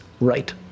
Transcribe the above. right